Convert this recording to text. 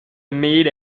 meet